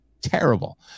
terrible